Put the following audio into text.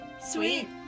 sweet